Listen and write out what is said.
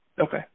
Okay